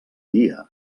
dia